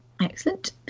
excellent